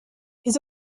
his